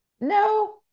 No